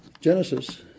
Genesis